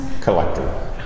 Collector